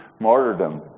martyrdom